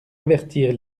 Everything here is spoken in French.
avertir